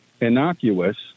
innocuous